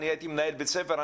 אני הייתי מנהל בית ספר,